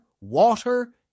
water